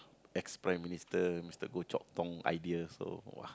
ex Prime-Minister Mister Goh-Chok-Tong idea so !wah!